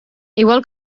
igual